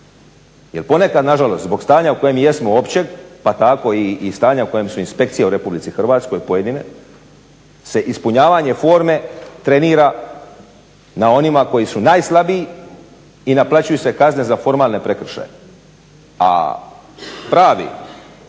Jel ponekad nažalost zbog stanja u kojem mi jesmo općeg, pa tako i stanja u kojem su inspekcije u RH pojedine se ispunjavanje forme trenira na onima koji su najslabiji i naplaćuju se kazne za formalne prekršaje. A pravi